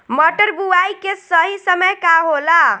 मटर बुआई के सही समय का होला?